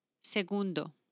Segundo